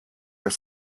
are